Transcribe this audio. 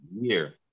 year